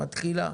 היא מתחילה.